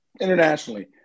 internationally